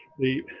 the